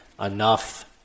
enough